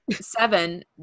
Seven